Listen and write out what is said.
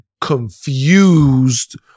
Confused